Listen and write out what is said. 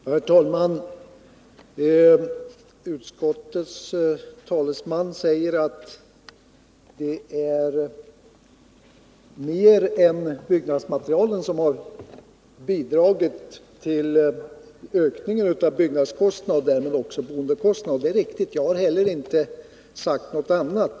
Herr talman! Utskottets talesman sade att det är flera faktorer än byggnadsmaterialet som har bidragit till ökningen av byggnadskostnaderna och därmed också boendekostnaderna. Ja, det är riktigt, och jag har heller inte sagt något annat.